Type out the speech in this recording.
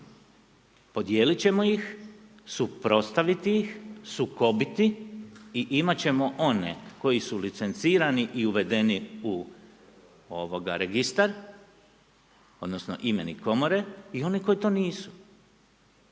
Podijeliti ćemo ih, suprotstaviti, sukobiti i imati ćemo one koji su licencirani i uvedeni u registar, odnosno imenik komore i oni koji to nisu.